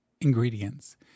ingredients